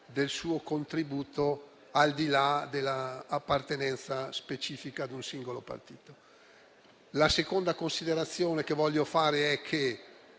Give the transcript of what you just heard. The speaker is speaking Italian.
molto costruttivo, al di là dell'appartenenza specifica a un singolo partito. La seconda considerazione che voglio fare è che